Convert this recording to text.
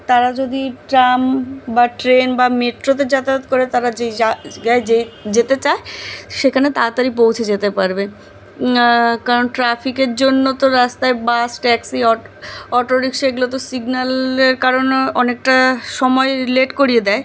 তারা যদি ট্রাম বা ট্রেন বা মেট্রোতে যাতায়াত করে তারা যেই জায়গায় যেতে চায় সেখানে তাড়াতাড়ি পৌঁছে যেতে পারবে কারণ ট্রাফিকের জন্য তো রাস্তায় বাস ট্যাক্সি অটো রিক্সা এগুলো তো সিগনালের কারণে অনেকটা সময় লেট করিয়ে দেয়